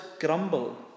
grumble